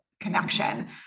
connection